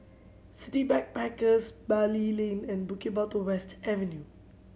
City Backpackers Bali Lane and Bukit Batok West Avenue